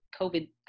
COVID